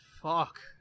fuck